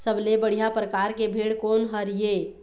सबले बढ़िया परकार के भेड़ कोन हर ये?